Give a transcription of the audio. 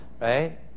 right